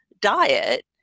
diet